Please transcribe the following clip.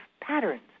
patterns